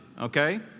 okay